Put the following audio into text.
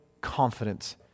confidence